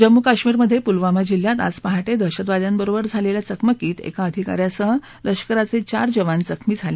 जम्मू काश्मीरमध्ये पुलवामा जिल्ह्यात आज पहाटे दहशतवाद्यांबरोबर झालेल्या चकमकीत एका अधिका यांसह लष्कराचे चार जवान जखमी झाले